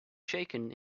shaken